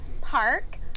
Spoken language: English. park